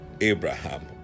Abraham